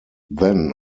then